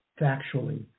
factually